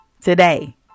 today